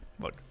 Look